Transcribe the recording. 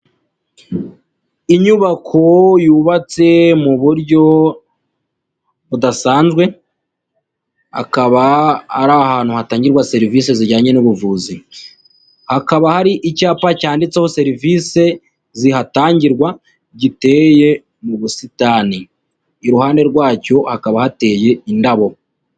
Inyubako yubatse mu buryo budasanzwe, akaba ari ahantu hatangirwa serivise zijyanye n'ubuvuzi, hakaba hari icyapa cyanditseho serivisi zihatangirwa giteye mu busitani, iruhande rwacyo hakaba hateye indabo.